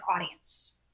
audience